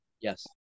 Yes